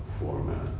format